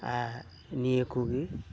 ᱱᱤᱭᱟᱹ ᱠᱚᱜᱮ